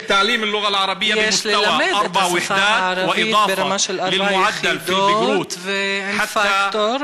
(יש ללמד את השפה הערבית ברמה של ארבע יחידות ועם פקטור